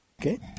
Okay